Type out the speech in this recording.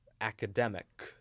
academic